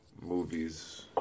Movies